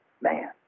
man